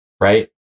right